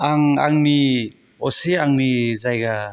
आं आंनि असे आंनि जायगा